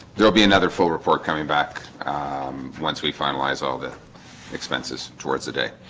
there'll be another full report coming back um once we finalize all the expenses towards the day